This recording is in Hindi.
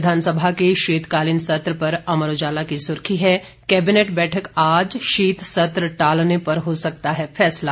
विधानसभा के शीतकालीन सत्र पर अमर उजाला की सुर्खी है कैबिनेट बैठक आज शीत सत्र टालने पर हो सकता है फैसला